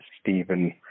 Stephen